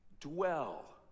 dwell